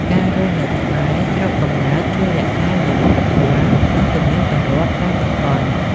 ការរស់នៅក្បែរស្រុកកំណើតជួយរក្សានូវវប្បធម៌ និងទំនៀមទម្លាប់តាមតំបន់។